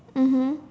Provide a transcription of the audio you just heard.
mmhmm